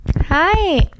Hi